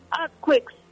earthquakes